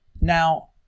Now